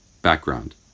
Background